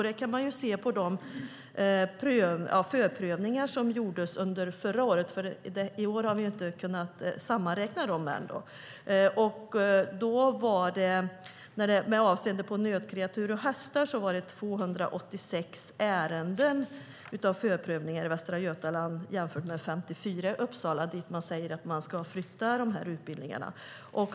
Det kan man se på de förprövningar som gjordes förra året, för vi har ännu inte kunnat sammanräkna årets. Avseende nötkreatur och hästar var det 286 förprövningsärenden i Västra Götaland jämfört med 54 i Uppsala dit man säger att man ska flytta utbildningarna.